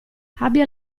abbia